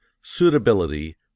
suitability